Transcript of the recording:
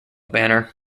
banner